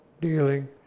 dealing